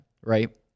Right